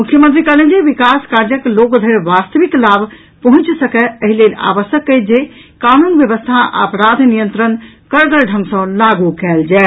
मुख्यमंत्री कहलनि जे विकास कार्यक लोक धरि वास्तिक लाभ पहुंचि सकय एहि लेल आवश्यक अछि जे कानून व्यवस्था आ अपराध नियंत्रण कड़गड़ ढंग सँ लागू कयल जाय